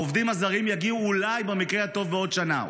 העובדים הזרים יגיעו במקרה הטוב אולי בעוד שנה,